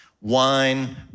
wine